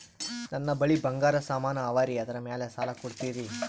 ನನ್ನ ಬಳಿ ಬಂಗಾರ ಸಾಮಾನ ಅವರಿ ಅದರ ಮ್ಯಾಲ ಸಾಲ ಕೊಡ್ತೀರಿ?